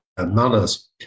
manners